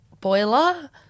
boiler